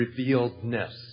revealedness